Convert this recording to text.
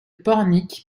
pornic